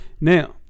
Now